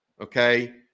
Okay